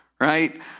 right